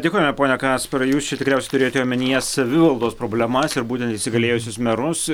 dėkojame pone kasparai jūs čia tikriausiai turėjote omenyje savivaldos problemas ir būtent įsigalėjusius merus